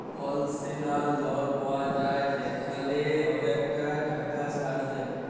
কলসেশলাল লল পাউয়া যায় যেখালে অলেকটা টাকা ছাড় দেয়